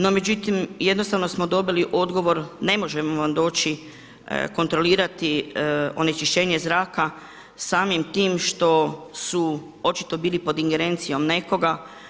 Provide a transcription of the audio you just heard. No međutim jednostavno smo dobili odgovor ne možemo vam doći kontrolirati onečišćenje zraka samim tim što su očito bili pod ingerencijom nekoga.